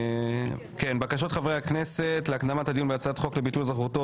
על בקשות חברי הכנסת להקדמת הדיון בהצעת חוק לביטול אזרחותו